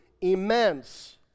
immense